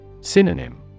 Synonym